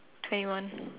twenty one